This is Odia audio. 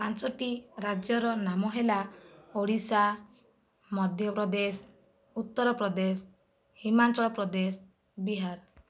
ପାଞ୍ଚଟି ରାଜ୍ୟର ନାମ ହେଲା ଓଡ଼ିଶା ମଧ୍ୟପ୍ରଦେଶ ଉତ୍ତରପ୍ରଦେଶ ହିମାଚଳ ପ୍ରଦେଶ ବିହାର